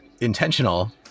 intentional